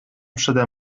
przede